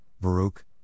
Baruch